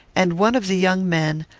and one of the young men,